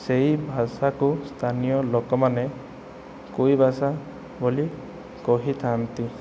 ସେହି ଭାଷାକୁ ସ୍ଥାନୀୟ ଲୋକମାନେ କୁଇଭାଷା ବୋଲି କହିଥାନ୍ତି